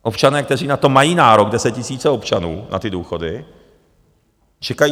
Občané, kteří na to mají nárok, desetitisíce občanů, na ty důchody čekají.